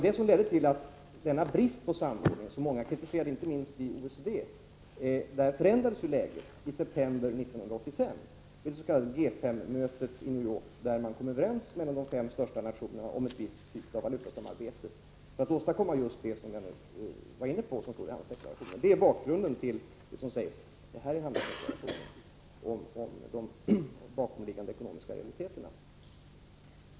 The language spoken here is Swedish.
Den brist på samordning som många —-inte minst inom OECD - kritiserade ledde till att läget förändrades, och i september 1985 kom de fem största nationerna vid det s.k. G 5-mötet i New York överens om ett visst valutasamarbete för att åstadkomma just det jag nyss var inne på. Det är bakgrunden till vad som sägs i den handelspolitiska deklarationen om de bakomliggande ekonomiska realiteterna.